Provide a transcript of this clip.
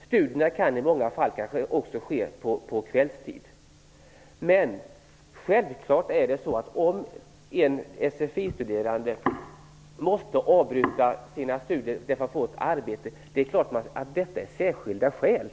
Studierna kan kanske i många fall också ske på kvällstid. Att ha fått arbete är självfallet ett särskilt skäl för en SFI-studerande att avbryta sina studier.